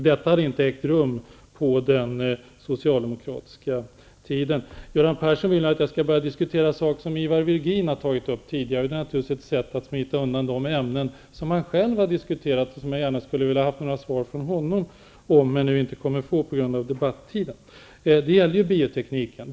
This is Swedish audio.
Detta hade inte ägt rum under den socialdemokratiska tiden. Göran Persson ville att jag skulle kommentera en sak som Ivar Virgin tidigare tog upp. Det är naturligtvis ett sätt att smita undan de ämnen som han själv har tagit upp och som jag gärna skulle vilja ha en kommentar från honom om, men det går inte på grund av debattiden.